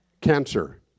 Cancer